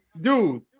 dude